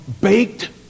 baked